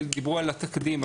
דיברו על התקדים,